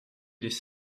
des